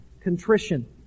contrition